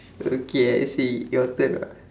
okay I see your turn ah